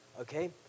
okay